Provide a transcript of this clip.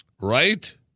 Right